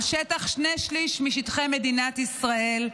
על שטח שני שלישים משטחי מדינת ישראל,